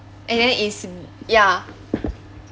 and then is ya